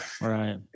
Right